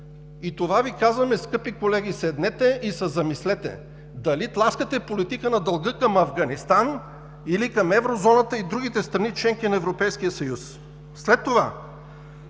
Затова Ви казваме, скъпи колеги, седнете и се замислете: дали тласкате политиката на дълга към Афганистан, или към евро зоната и другите страни – членки на Европейския съюз? Какъв